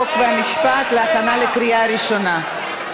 חוק ומשפט להכנה לקריאה ראשונה.